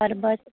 करबट